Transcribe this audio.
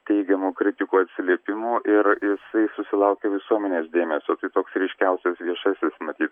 teigiamų kritikų atsiliepimų ir jisai susilaukė visuomenės dėmesio tai toks ryškiausias viešasis matyt